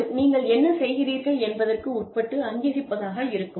அது நீங்கள் என்ன செய்கிறீர்கள் என்பதற்கு உட்பட்டு அங்கீகரிப்பதாக இருக்கும்